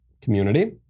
community